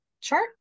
chart